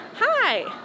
hi